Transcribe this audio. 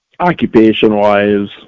Occupation-wise